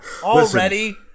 Already